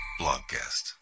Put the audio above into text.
Blogcast